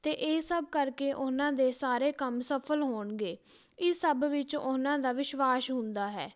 ਅਤੇ ਇਹ ਸਭ ਕਰਕੇ ਉਹਨਾਂ ਦੇ ਸਾਰੇ ਕੰਮ ਸਫਲ ਹੋਣਗੇ ਇਹ ਸਭ ਵਿੱਚ ਉਹਨਾਂ ਦਾ ਵਿਸ਼ਵਾਸ ਹੁੰਦਾ ਹੈ